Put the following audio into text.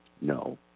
No